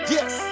Yes